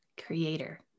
Creator